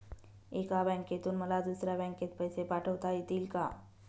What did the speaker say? एका बँकेतून मला दुसऱ्या बँकेत पैसे पाठवता येतील का?